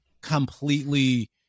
completely